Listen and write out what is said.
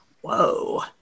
Whoa